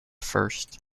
first